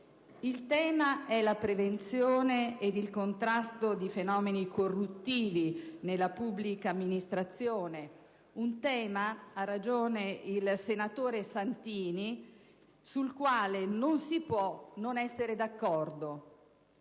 Il tema è la prevenzione ed il contrasto di fenomeni corruttivi nella pubblica amministrazione. Un tema - ha ragione il senatore Santini - sul quale non si può non essere d'accordo.